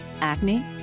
Acne